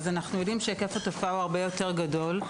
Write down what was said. אז אנחנו יודעים שהיקף התופעה הוא הרבה יותר גדול.